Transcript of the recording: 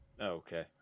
Okay